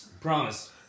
Promise